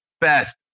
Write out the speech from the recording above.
best